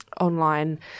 online